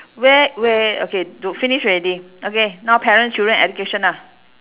where where okay do finish already okay now parents children education lah